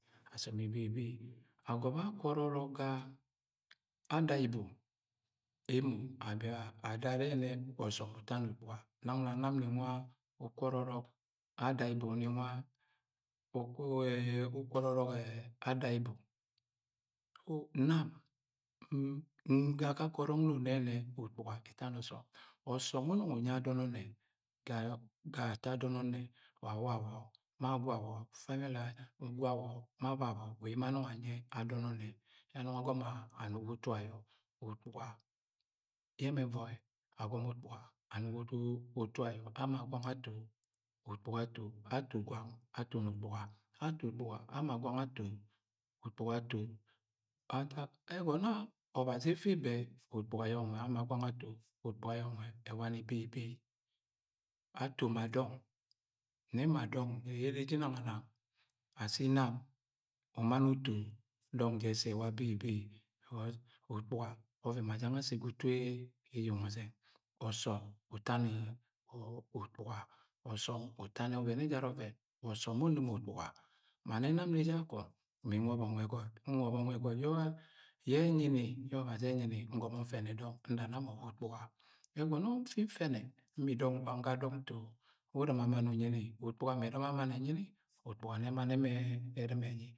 Wa asọm beibei. Agọbẹ akwọrọ ọrọk ga an dibo. Emo abib, adoro ayẹnẹ ọsọm uta ni ukpuga. Nang na nam nni nwa ukwọrọ ọrọk ẹ andiibo. Nam ga akake ọrọk nno nne yẹnẹ ukpuga ẹta ọsọm. Ọsọm we̱ unọng unyie adon ọnnẹ, ga ato adọn ọnnẹ wa wawo ma gwawọ. Family e̱wawọ ma gwewọ wa emo anọng anugo utu o yọ. Ukpuga yẹ mẹ ẹuọi a gọmọ ukpuga anugo utu ayo ama gwang ato, ukpuga ato. Ato gwang atoni ukpuga. Ato ukpuga ama gwang ato, ukpuga ato. Ẹgọnọ ọbazi ẹfẹ ebo yẹ! Ukpuga ayo nwe ama gwang ato, ukpuga ayọ nwe ama ni bei bei. A to ma dọng ashi inam umani uto dọng jẹ sẹ ạ wa beibei. Because ukluga ọvẹn ma jẹng asi ga utu eueng ozẹng Ọsọm utani ukpuga ukpuga osom utani ọvẹn ej ara ọvẹn wa ọsọm unim ukpuga. Ma ne nam nnẹ je akạng. Mi nwọbọ awa egot. Nwọbọ nwa egọt ye enyini, yẹ ọbazi ẹnyini ngọmọ ntene ndana mo wa ukpuga. Nfi nfene nbi dong gwang ga dong nto we urima mann unyini. Ukpuga mẹ erima mann enyini? Nẹmẹ erima enyi.